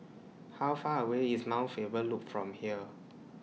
How Far away IS Mount Faber Loop from here